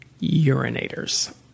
urinators